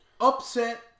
upset